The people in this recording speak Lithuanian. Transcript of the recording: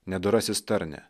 nedorasis tarne